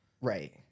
right